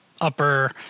upper